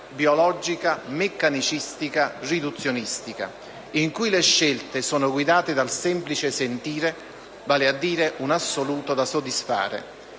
biologica, meccanicistica, riduzionistica, in cui le scelte sono guidate dal semplice "sentire", vale a dire un assoluto da soddisfare.